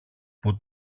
που